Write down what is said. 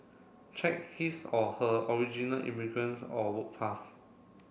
check his or her original immigrants or work pass